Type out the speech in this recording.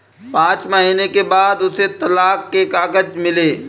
पांच महीने के बाद उसे तलाक के कागज मिले